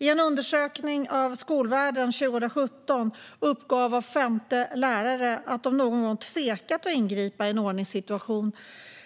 I en undersökning av Skolvärlden 2017 uppgav var femte lärare att de någon gång tvekat att ingripa i en ordningssituation